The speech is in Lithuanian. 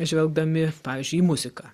žvelgdami pavyzdžiui į muziką